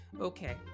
Okay